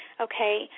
Okay